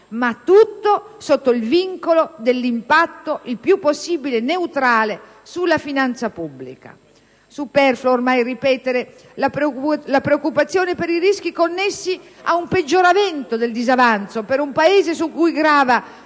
tutte sotto il vincolo dell'impatto il più possibile neutrale sulla finanza pubblica. Superfluo, ormai, ripetere la preoccupazione per i rischi connessi ad un peggioramento del disavanzo per un Paese su cui grava